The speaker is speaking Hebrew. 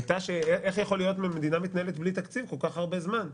הייתה איך יכול שמדינה מתנהלת בלי תקציב כל כך הרבה זמן.